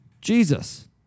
Jesus